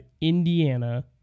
Indiana